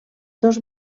dos